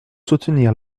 soutenir